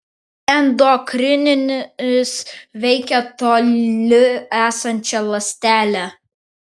endokrininis veikia toli esančią ląstelę